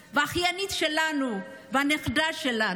האחיינית שלנו והנכדה שלנו.